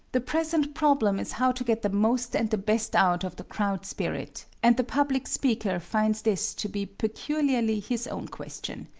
the present problem is how to get the most and the best out of the crowd-spirit, and the public speaker finds this to be peculiarly his own question.